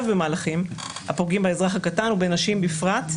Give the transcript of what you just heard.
במהלכים הפוגעים באזרח הקטן ובנשים בפרט,